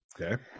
Okay